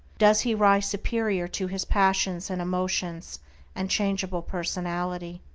does he rise superior to his passions and emotions and changeable personality.